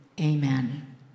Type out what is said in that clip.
amen